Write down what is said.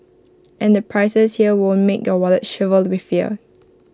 and the prices here won't make your wallet shrivel with fear